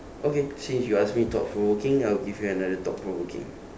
okay since you ask me thought provoking I will give you another thought provoking